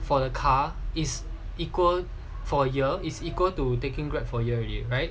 for the car is equal for year is equal to taking Grab for year already right